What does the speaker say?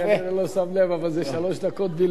כנראה הוא לא שם לב, אבל זה שלוש דקות בלבד.